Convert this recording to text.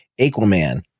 Aquaman